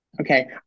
okay